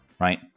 right